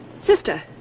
Sister